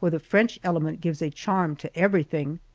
where the french element gives a charm to everything.